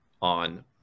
on